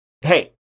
Hey